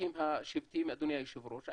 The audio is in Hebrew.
הסכסוכים השבטיים, אדוני היושב ראש.